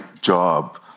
job